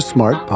Smart